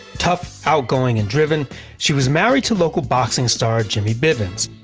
tough, outgoing and driven, she was married to local boxing star jimmy bivins.